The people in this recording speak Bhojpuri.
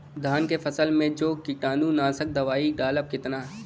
धान के फसल मे जो कीटानु नाशक दवाई डालब कितना?